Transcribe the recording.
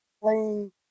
playing